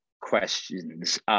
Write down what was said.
questions